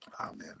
Amen